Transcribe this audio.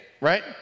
right